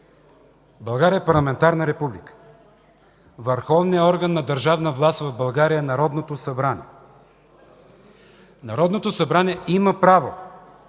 България е парламентарна република, върховният орган на държавна власт в България е Народното събрание. Народното събрание има право